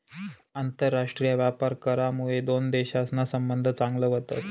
आंतरराष्ट्रीय व्यापार करामुये दोन देशसना संबंध चांगला व्हतस